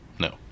No